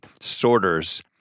sorters